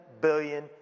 billion